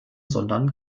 sondern